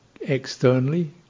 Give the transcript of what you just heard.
externally